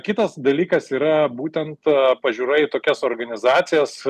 kitas dalykas yra būtent pažiūra į tokias organizacijas